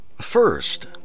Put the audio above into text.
First